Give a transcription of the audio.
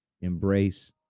embrace